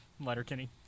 Letterkenny